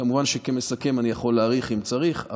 כמובן שכמסכם אני יכול להאריך אם צריך,